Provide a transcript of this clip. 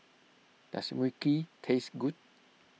does Mui Kee taste good